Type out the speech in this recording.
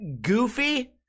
goofy